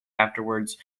afterwards